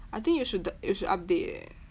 I think you should you should update eh